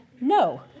no